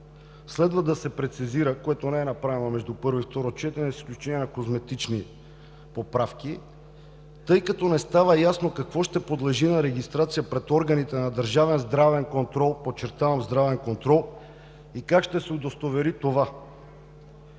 следва да се прецизира, което не е направено между първо и второ четене, с изключение на козметични поправки, тъй като не става ясно какво ще подлежи на регистрация пред органите на държавния здравен контрол – подчертавам